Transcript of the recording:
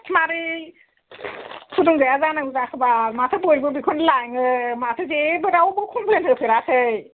मारै फुदुंजाया जानांगौ जाखो बाल माथो बयबो बेखौनो लाङो माथो जेबो रावबो कमफ्लेन होफेराखै